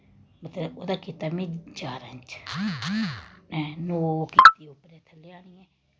मतलव ओह्दा कीता में जारां इंच नौ कीती